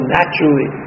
naturally